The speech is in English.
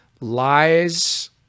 lies